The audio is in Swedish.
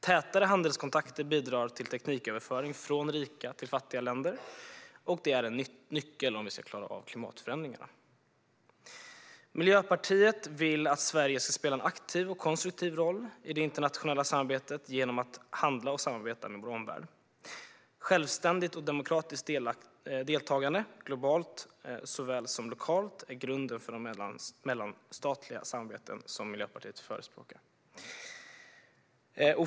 Tätare handelskontakter bidrar till tekniköverföring från rika till fattiga länder, och detta är en nyckel om vi ska klara av klimatförändringarna. Miljöpartiet vill att Sverige ska spela en aktiv och konstruktiv roll i det internationella samarbetet genom att handla och samarbeta med vår omvärld. Självständigt och demokratiskt deltagande såväl globalt som lokalt är grunden för de mellanstatliga samarbeten som Miljöpartiet förespråkar.